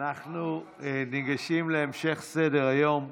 אנו ניגשים להמשך סדר-היום.